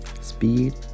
Speed